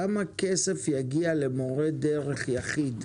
כמה כסף יגיע למורה דרך יחיד?